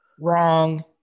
Wrong